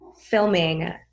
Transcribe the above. filming